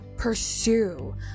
pursue